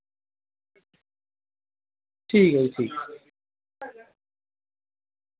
ठीक ऐ भी ठीक